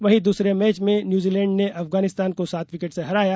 वहीं दूसरे मैच में न्यूजीलैंड ने अफगानिस्तान को सात विकेट से हराया